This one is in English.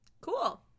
Cool